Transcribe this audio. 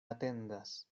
atendas